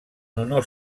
honor